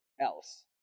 else